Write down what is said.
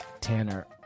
Tanner